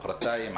מחרתיים,